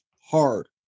hard